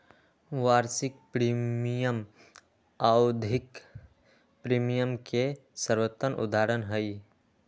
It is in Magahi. वार्षिक प्रीमियम आवधिक प्रीमियम के सर्वोत्तम उदहारण हई